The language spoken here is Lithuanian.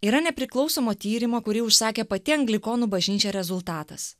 yra nepriklausomo tyrimo kurį užsakė pati anglikonų bažnyčia rezultatas